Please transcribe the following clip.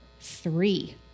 Three